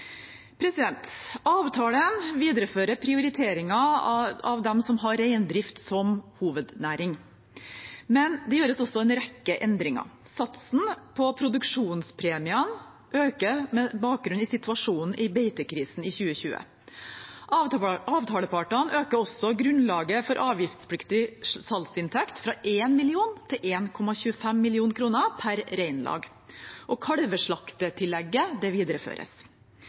Avtalen viderefører prioriteringer av dem som har reindrift som hovednæring. Men det gjøres også en rekke endringer. Satsen på produksjonspremiene øker med bakgrunn i situasjonen i beitekrisen i 2020. Avtalepartene øker også grunnlaget for avgiftspliktig salgsinntekt fra 1 mill. kr til 1,25 mill. kr per reinlag. Kalveslakttillegget videreføres. I tillegg satses det